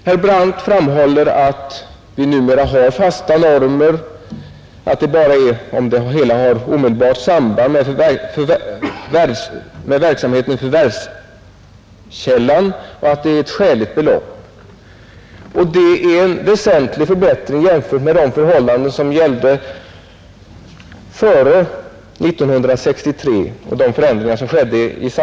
Herr Brandt framhåller att vi numera har fasta normer och att avdrag endast tillåtes om det hela har omedelbart samband med förvärvskällan och det rör sig om ett skäligt belopp. Det är en väsentlig förbättring jämfört med de förhållanden som gällde före 1963.